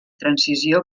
transició